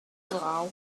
glaw